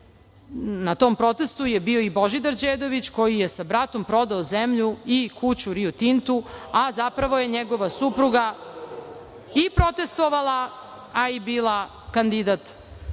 na tom protestu je bio i Božidar Đedović, koji je sa bratom prodao zemlju i kuću Riu Tintu, a zapravo je njegova supruga i protestvovala, a i bila kandidat